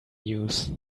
news